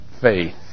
faith